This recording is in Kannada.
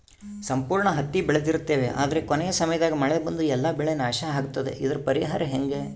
ಸಂಪೂರ್ಣ ಹತ್ತಿ ಬೆಳೆದಿರುತ್ತೇವೆ ಆದರೆ ಕೊನೆಯ ಸಮಯದಾಗ ಮಳೆ ಬಂದು ಎಲ್ಲಾ ಬೆಳೆ ನಾಶ ಆಗುತ್ತದೆ ಇದರ ಪರಿಹಾರ ಹೆಂಗೆ?